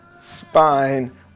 spine